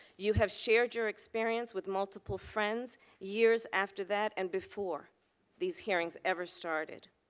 you have shared your experience with multiple friends. years after that and before these hearings ever started.